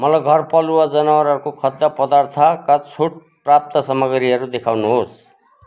मलाई घरपालुवा जनावरहरूको खाद्य पदार्थका छुट प्राप्त सामग्रीहरू देखाउनुहोस्